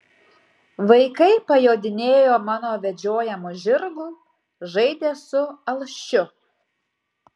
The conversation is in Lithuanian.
vaikai pajodinėjo mano vedžiojamu žirgu žaidė su alšiu